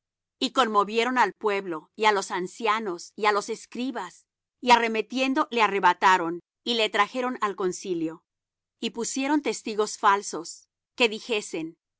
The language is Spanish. y conmovieron al pueblo y á los ancianos y á los escribas y arremetiendo le arrebataron y le trajeron al concilio y pusieron testigos falsos que dijesen